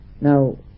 Now